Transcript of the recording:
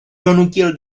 donutil